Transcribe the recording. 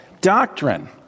doctrine